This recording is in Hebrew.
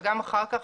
וגם אחר כך,